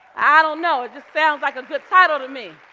i don't know, it just sounds like a good title to me.